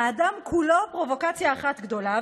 האדם כולו פרובוקציה אחת גדולה,